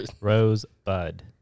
Rosebud